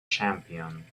champion